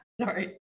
sorry